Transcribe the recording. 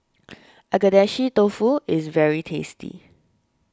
Agedashi Dofu is very tasty